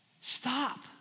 Stop